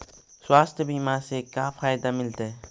स्वास्थ्य बीमा से का फायदा मिलतै?